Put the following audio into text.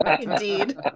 Indeed